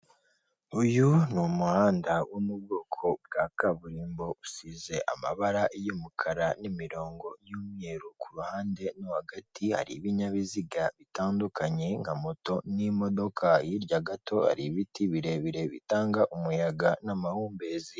Uyu ni umuhanda wo mu bwoko bwa kaburimbo, usize amabara y'umukara n'imirongo y'umweru, ku ruhande no hagati hari ibinyabiziga bitandukanye nka moto n'imodoka, hirya gato hari ibiti birebire bitanga umuyaga n'amahumbezi.